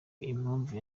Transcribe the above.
impamvu